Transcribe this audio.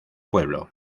pueblo